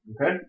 Okay